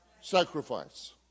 Sacrifice